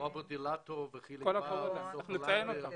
רוברט אילטוב, חיליק בר וסופה לנדבר.